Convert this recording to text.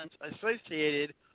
associated